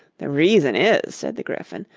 the reason is said the gryphon,